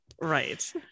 Right